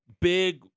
big